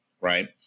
right